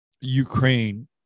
Ukraine